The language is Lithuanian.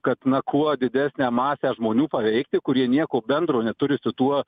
kad na kuo didesnę masę žmonių paveikti kurie nieko bendro neturi su tuo